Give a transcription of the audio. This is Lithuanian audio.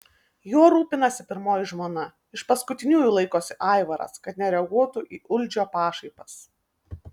juo rūpinasi pirmoji žmona iš paskutiniųjų laikosi aivaras kad nereaguotų į uldžio pašaipas